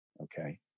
Okay